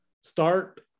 start